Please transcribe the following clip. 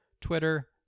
Twitter